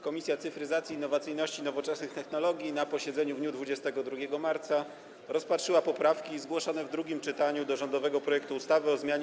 Komisja Cyfryzacji, Innowacyjności i Nowoczesnych Technologii na posiedzeniu w dniu 22 marca rozpatrzyła poprawki zgłoszone w drugim czytaniu do rządowego projektu ustawy o zmianie